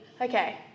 Okay